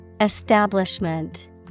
Establishment